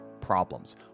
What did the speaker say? problems